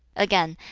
again,